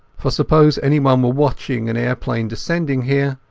for suppose anyone were watching an aeroplane descending here,